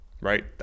right